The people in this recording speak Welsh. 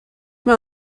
mae